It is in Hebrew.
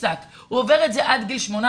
הוא עובר את זה עד גיל 18,